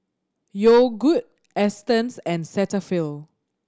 Yogood Astons and Cetaphil